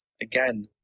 again